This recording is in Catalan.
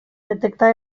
detectar